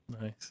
Nice